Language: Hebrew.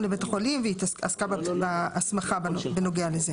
לבית החולים והיא עסקה בהסמכה בנוגע לזה.